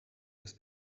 des